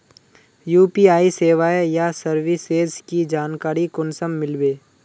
UPI सेवाएँ या services की जानकारी कुंसम मिलबे?